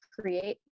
create